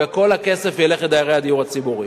וכל הכסף ילך לדיירי הדיור הציבורי.